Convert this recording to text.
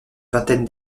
vingtaine